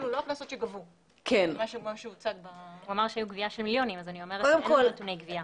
הוא אמר שהייתה גבייה של מיליונים ואני אומרת שאין לנו נתוני גבייה.